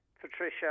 Patricia